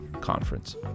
Conference